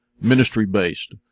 ministry-based